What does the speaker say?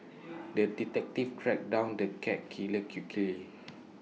the detective tracked down the cat killer quickly